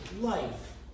life